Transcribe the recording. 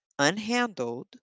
unhandled